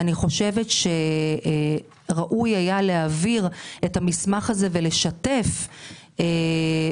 אני חושבת שראוי היה להעביר את המסמך הזה ולשתף אותו,